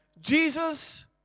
Jesus